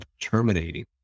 terminating